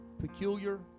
peculiar